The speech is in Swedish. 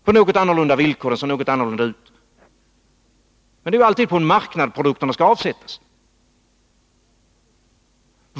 Villkoren varierar och den ser något annorlunda ut, men det är alltid på en marknad som produkterna skall avsättas.